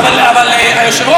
לא דיברתי עליכם.